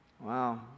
Wow